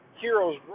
heroes